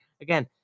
Again